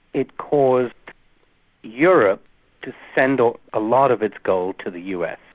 it caused europe to send a ah lot of its gold to the us